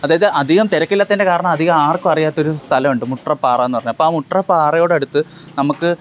അതായത് അധികം തിരക്കില്ലാത്തതിൻ്റെ കാരണം അധികം ആർക്കും അറിയാത്ത ഒരു സ്ഥലമുണ്ട് മുട്ട്ര പാറ എന്നു പറഞ്ഞ അപ്പോള് മുട്ട്രാ പാറയോടടുത്ത് നമുക്ക്